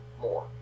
more